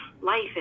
life